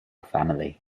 family